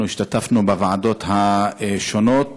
אנחנו השתתפנו בוועדות השונות.